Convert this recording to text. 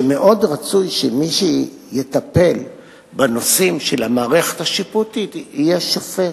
שמאוד רצוי שמי שיטפל בנושאים של המערכת השיפוטית יהיה שופט.